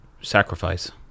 sacrifice